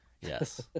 Yes